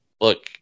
look